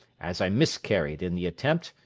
as i miscarried in the attempt,